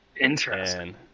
Interesting